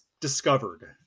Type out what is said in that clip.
discovered